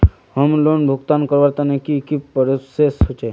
Home loan भुगतान करवार तने की की प्रोसेस होचे?